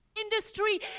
industry